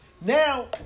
Now